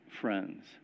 friends